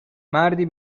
مردی